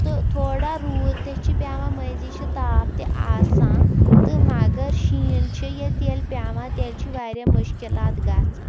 تہٕ تھوڑا روٗد تہِ چھِ پٮ۪وان مٔنٛزی چھِ تاپھ تہِ آسان تہٕ مگر شیٖن چھِ ییٚتہِ ییٚلہِ پٮ۪وان تیٚلہِ چھِ واریاہ مشکلات گژھان